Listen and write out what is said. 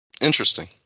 interesting